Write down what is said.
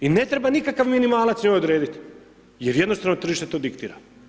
I ne treba nikakav minimalac njoj odrediti jer jednostavno tržište to diktira.